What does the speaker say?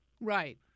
Right